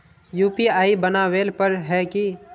UPI बनावेल पर है की?